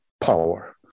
power